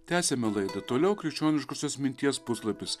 tęsiame laidą toliau krikščioniškosios minties puslapis